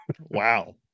Wow